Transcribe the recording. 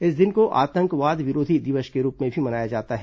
इस दिन को आतंकवाद विरोधी दिवस के रूप में भी मनाया जाता है